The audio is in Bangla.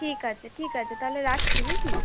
ঠিক আছে ঠিক আছে তাহলে রাখছি বুঝলি